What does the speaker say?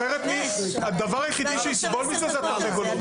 אחרת היחידים שיסבלו מזה הן התרנגולות.